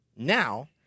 now